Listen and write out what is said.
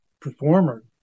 performer